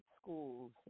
schools